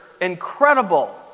incredible